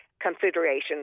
consideration